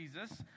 Jesus